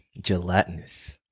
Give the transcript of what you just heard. Gelatinous